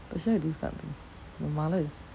but she like to do this type of thing my mother is